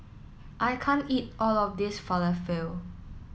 I can't eat all of this Falafel